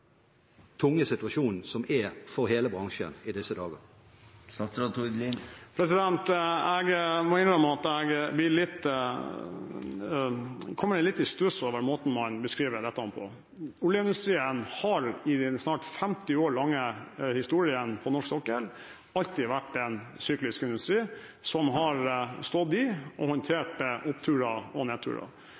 tunge situasjonen som er for hele bransjen i disse dager? Jeg må innrømme at jeg kommer litt i stuss over måten man beskriver dette på. Oljeindustrien har i sin snart 50 år lange historie på norsk sokkel alltid vært en syklisk industri som har stått i og håndtert oppturer og